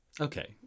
Okay